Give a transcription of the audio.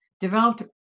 developed